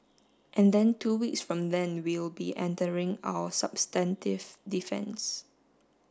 and then two weeks from then we'll be entering our substantive defence